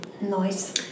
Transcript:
Nice